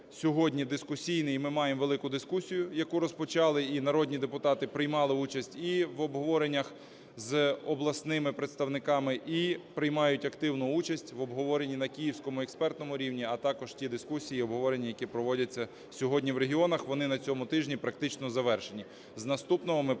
сьогодні дискусійне, і ми маємо велику дискусію, яку розпочали, і народні депутати приймали участь і в обговореннях з обласними представниками, і приймають активну участь в обговорені на київському експертному рівні, а також ті дискусії і обговорення, які проводяться сьогодні в регіонах, вони на цьому тижні практично завершені.